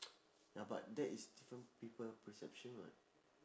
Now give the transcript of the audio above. ya but that is different people perception [what]